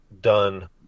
done